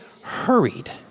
hurried